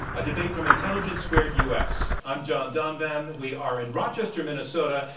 a debate from intelligence squared us. i'm john donvan. we are in rochester, minnesota,